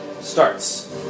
starts